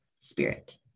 spirit